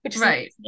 right